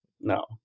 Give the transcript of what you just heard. No